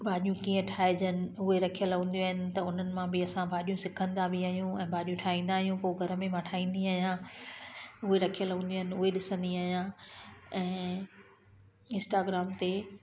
भाॼियूं कीअं ठाहिजनि उहे रखियल हूंदियूं आहिनि त उन्हनि मां बि असां भाॼियूं सिखंदा बि आहियूं ऐं भाॼियूं ठाहींदा आहियूं पोइ घर में मां ठाहींदी आहियां उहे रखियल हूंदियूं आहिनि उहे ॾिसंदी आहियां ऐं इस्टाग्राम ते